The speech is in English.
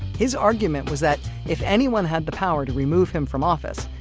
his argument was that if anyone had the power to remove him from office,